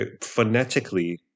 phonetically